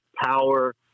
power